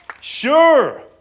Sure